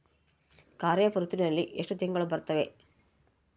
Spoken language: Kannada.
ಖಾರೇಫ್ ಋತುವಿನಲ್ಲಿ ಎಷ್ಟು ತಿಂಗಳು ಬರುತ್ತವೆ?